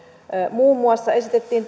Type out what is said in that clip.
terveyshaittojen vähentämiseksi esitettiin